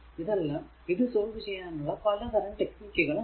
ഇതെല്ലാം ഇത് സോൾവ് ചെയ്യാനുള്ള പലതരം ടെക്നിക് ആണ്